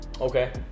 Okay